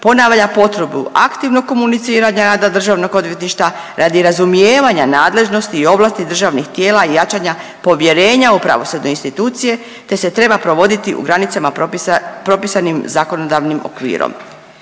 ponavlja potrebu aktivnog komuniciranja rada Državnog odvjetništva radi razumijevanja nadležnosti i ovlasti državnih tijela i jačanja povjerenja u pravosudne institucije, te se treba provoditi u granicama propisanim zakonodavnim okvirom.